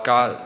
God